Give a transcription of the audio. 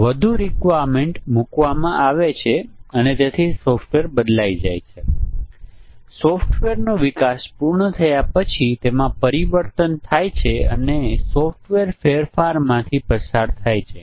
જો n એ 20 30 અને તેથી વધુ મોટો હોય તો સંયોજનોની સંખ્યા બધા સંભવિત મૂલ્યોને ચકાસી શકવા માટે ઘણા વધુ હોય છે